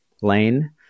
lane